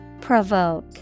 Provoke